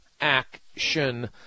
Action